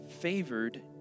favored